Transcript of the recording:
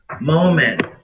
moment